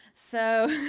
so,